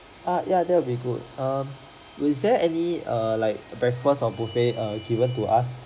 ah ya that will be good um is there any err like a breakfast of buffet err given to us